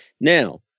Now